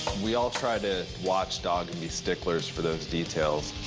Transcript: we all try to watchdog and be sticklers for those details.